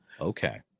Okay